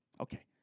Okay